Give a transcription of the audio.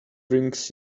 brings